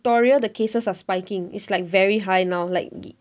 victoria the cases are spiking it's like very high now like